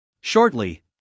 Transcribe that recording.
Shortly